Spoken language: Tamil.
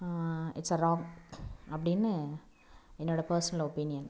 இட்ஸ் எ ராங் அப்படின்னு என்னோடய பர்ஸ்னல் ஒப்பீனியன்